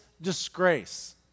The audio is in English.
disgrace